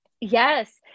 Yes